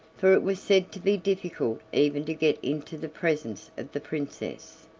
for it was said to be difficult even to get into the presence of the princess.